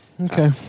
Okay